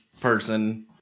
person